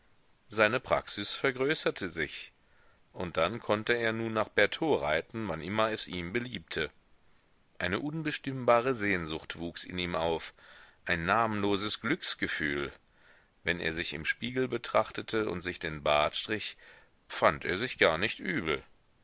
seine praxis vergrößerte sich und dann konnte er nun nach bertaux reiten wann es ihm beliebte eine unbestimmbare sehnsucht wuchs in ihm auf ein namenloses glücksgefühl wenn er sich im spiegel betrachtete und sich den bart strich fand er sich gar nicht übel